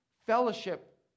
Fellowship